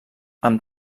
amb